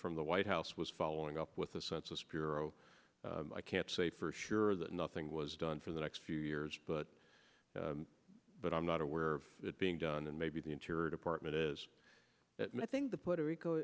from the white house was following up with the census bureau i can't say for sure that nothing was done for the next few years but but i'm not aware of it being done and maybe the interior department is missing the puerto rico